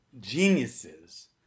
geniuses